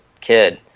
kid